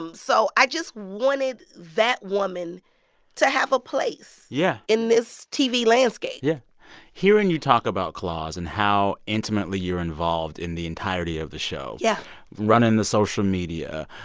um so i just wanted that woman to have a place yeah in this tv landscape yeah hearing you talk about claws and how intimately you're involved in the entirety of the show yeah running the social media,